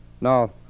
No